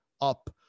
up